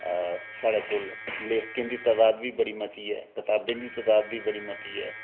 साढ़े कोल लेखकें दी तदाद बी बड़ी मती ऐ कताबें दी तदाद बी बड़ी मती ऐ और